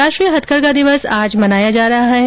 राष्ट्रीय हथकरघा दिवस आज मनाया जा रहा है